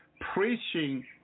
preaching